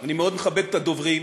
אני מאוד מכבד את הדוברים,